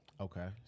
okay